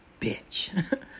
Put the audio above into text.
bitch